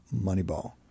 Moneyball